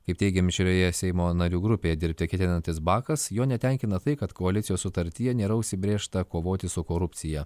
kaip teigė mišrioje seimo narių grupėje dirbti ketinantis bakas jo netenkina tai kad koalicijos sutartyje nėra užsibrėžta kovoti su korupcija